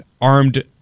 armed